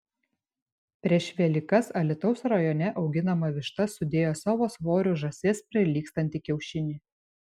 prieš velykas alytaus rajone auginama višta sudėjo savo svoriu žąsies prilygstantį kiaušinį